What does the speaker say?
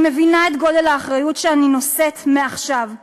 אני מבינה את גודל האחריות שאני נושאת מעכשיו,